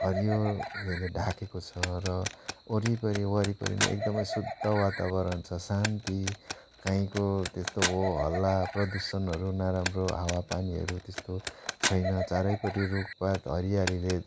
हरियो उयोले डाकेको छ र वरिपरि वरिपरि नै एकदमै शुद्ध वातावरण छ शान्ति काहीँको त्यस्तो होहल्ला प्रदूषणहरू नराम्रो हावापानीहरू त्यस्तो छैन चारैपटि रुखपात हरियालीले